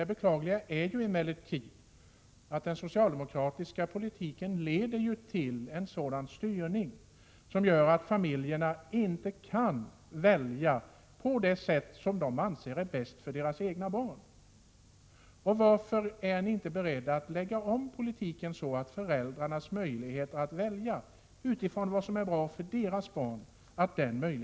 Det beklagliga är emellertid att den socialdemokratiska politiken leder till en styrning som gör att familjerna inte kan välja på det sätt som de anser vara bäst för deras egna barn. Och varför är ni inte beredda att lägga om politiken så att man ökar föräldrarnas möjligheter att välja vad som är bra för deras barn?